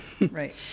right